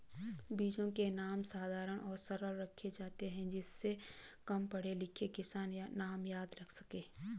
बीजों के नाम साधारण और सरल रखे जाते हैं जिससे कम पढ़े लिखे किसान नाम याद रख सके